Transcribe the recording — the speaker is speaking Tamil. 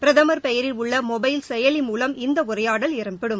பிரதமர் பெயரில் உள்ள மொபல் செயலி மூலம் இந்த உரையாடல் இடம் பெறும்